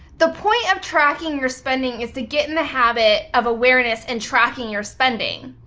the point of tracking your spending is to get in the habit of awareness and tracking your spending.